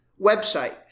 website